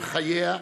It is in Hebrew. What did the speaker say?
על חייה,